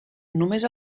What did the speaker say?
només